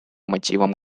мотивам